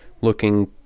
looking